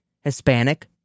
Hispanic